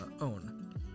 own